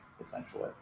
essentially